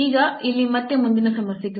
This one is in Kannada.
ಈಗ ಇಲ್ಲಿ ಮತ್ತೆ ಮುಂದಿನ ಸಮಸ್ಯೆಗೆ ಹೋಗುವ